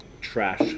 Trash